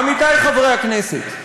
עמיתי חברי הכנסת,